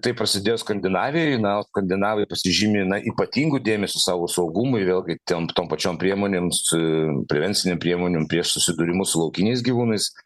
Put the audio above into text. tai prasidėjo skandinavijoje na o skandinavai pasižymi ypatingu dėmesiu savo saugumui vėlgi ten tom pačiom priemonėms prevencinėm priemonėm prieš susidūrimus su laukiniais gyvūnais